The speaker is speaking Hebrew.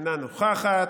אינה נוכחת,